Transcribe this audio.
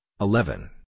eleven